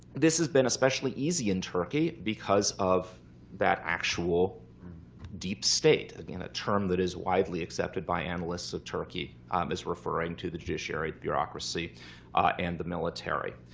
this has been especially easy in turkey because of that actual deep state, again, a term that is widely accepted by analysts of turkey as referring to the judiciary bureaucracy and the military.